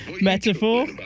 Metaphor